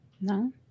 No